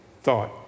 thought